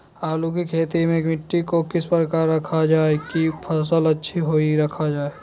आलू की खेती में मिट्टी को किस प्रकार रखा रखा जाए की फसल अच्छी होई रखा जाए?